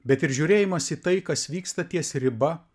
bet ir žiūrėjimas į tai kas vyksta ties riba